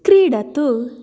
क्रीडतु